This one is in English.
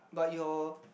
but your